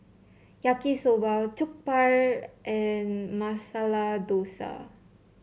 Yaki Soba Jokbal and Masala Dosa